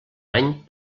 any